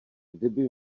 kdyby